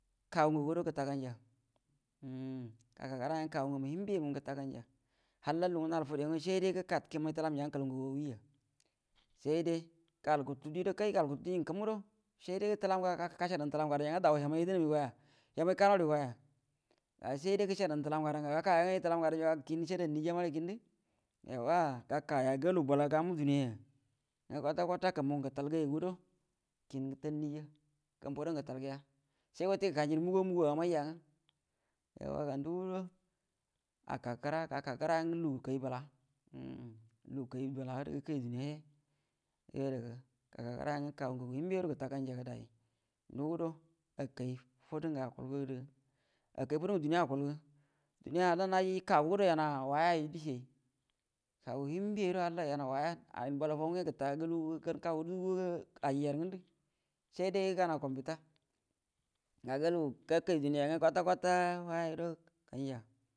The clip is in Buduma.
Gaka kəra yangwə kaguə ngamu hiembe mu gəta ganya hall lugu ngə nal fude ngwə saide kamay telan ya gwə kəlau ngagu awieya saide gal gətudie kai gal gutu de kəm guəro sai gacədan gə təlam ngada ja haman ye dəmi goya, hama kanuri goya ga saide gəcəada də tdam gada ga gaka yangə kin cəadan ya mare, gakaya galu gam duniya ya yu kwata kwata kumbuə gətəal gayagu guəro gəta talyiya, yuo wate gəkanjye rə mujuwa muguuwa yəman yagwə ga ndugudo aka kəra gaka kəra ngwə lugəkay bəla, lu gəkay bəla gərə gəkay minie he, gəka kəra yangwə kagu ngagu hiembə guəro gəta gayya ga day ndugudo akay fudu akalgu gərə kay fudungə duniya akual gə, duniya naji kagu guəra yanu a waya de ciey, kaga hiembe yugudo, aji mbal faw kagu gulu gan dugu akuallay saide gan’a komita ga galu gakay duniya ya wə kwata kwata waya yunguəra gəta gaya.